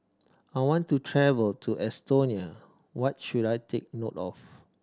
I want to travel to Estonia what should I take note of